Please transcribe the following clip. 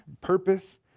purpose